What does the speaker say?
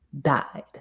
died